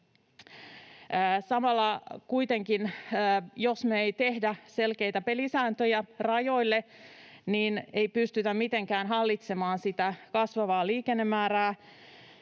Samalla kuitenkaan, jos me ei tehdä selkeitä pelisääntöjä rajoille, ei pystytä mitenkään hallitsemaan sitä kasvavaa liikennemäärää,